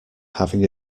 having